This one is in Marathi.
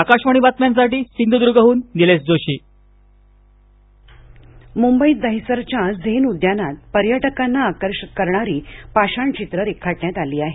आकाशवाणी बातम्यांसाठी सिंधुदुर्गहून निलेश जोशी पाषाण चित्र मुंबईत दहिसरच्या झेन उद्यानात पर्यटकांना आकर्षक करणारी पाषाणचित्रे रेखाटण्यात आली आहेत